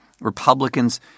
republicans